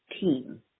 team